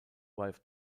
wife